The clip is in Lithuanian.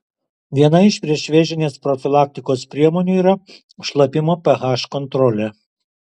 viena iš priešvėžinės profilaktikos priemonių yra šlapimo ph kontrolė